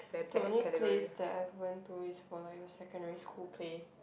the only place that I went to is for my secondary school play